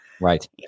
Right